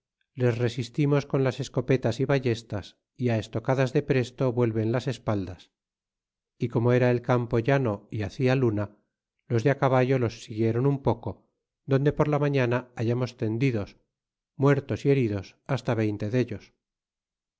les resistimos con las escopetas y ballestas y estocadas de presto vuelven las espaldas y como era el campo llano y hacia luna los de caballo los siguieron un poco donde por la mañana hallamos tendidos muertos y heridos hasta veinte dellos